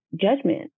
judgment